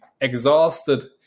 exhausted